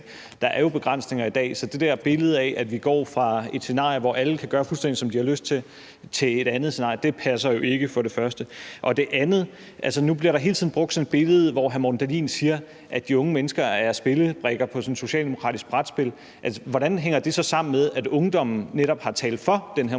der er jo begrænsninger i dag. Så det der billede af, at vi går fra et scenarie, hvor alle kan gøre fuldstændig, som de har lyst til, til et andet scenarie, passer jo for det første ikke. For det andet bruger hr. Morten Dahlin hele tiden sådan et billede, hvor han siger, at de unge mennesker er spillebrikker i sådan et socialdemokratisk brætspil. Hvordan hænger det så sammen med, at ungdommen netop har talt for den her